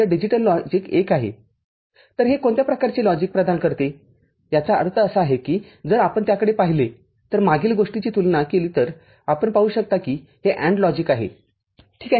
तर हे कोणत्या प्रकारचे लॉजिक प्रदान करते याचा अर्थ असा आहे कीजर आपण त्याकडे पाहिले तर मागील गोष्टीशी तुलना केली तर आपण पाहू की हे AND लॉजिक आहे ठीक आहे